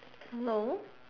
hello